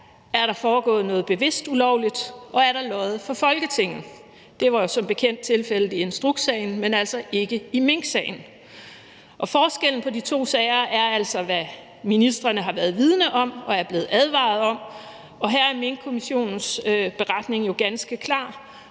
der er foregået noget bevidst ulovligt, og om der er løjet for Folketinget. Det var som bekendt tilfældet i instrukssagen, men altså ikke i minksagen. Forskellen på de to sager er altså, hvad ministeren har været vidende om og er blevet advaret om, og her er Minkkommissionens beretning jo ganske klar,